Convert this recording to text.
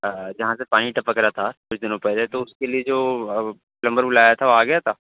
جہاں سے پانی ٹپک رہا تھا کچھ دنوں پہلے تو اس کے لیے جو پلمبر وہ لایا تھا وہ آ گیا تھا